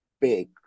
big